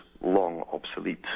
long-obsolete